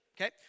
Okay